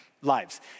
lives